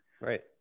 Right